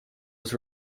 was